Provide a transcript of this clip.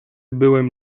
byłem